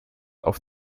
auf